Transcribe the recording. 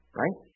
right